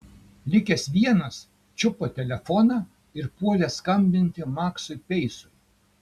likęs vienas čiupo telefoną ir puolė skambinti maksui peisui